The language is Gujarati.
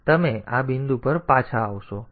તેથી તમે આ બિંદુ પર પાછા આવશો